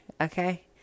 Okay